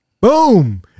Boom